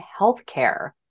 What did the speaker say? healthcare